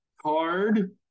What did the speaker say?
card